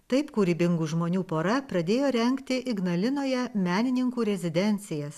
taip kūrybingų žmonių pora pradėjo rengti ignalinoje menininkų rezidencijas